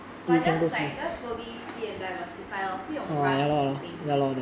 but just like just to be see diversify lor a bit of rush leh I think